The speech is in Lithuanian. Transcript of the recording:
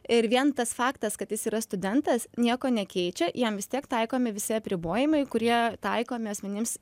ir vien tas faktas kad jis yra studentas nieko nekeičia jam vis tiek taikomi visi apribojimai kurie taikomi asmenims